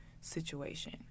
situation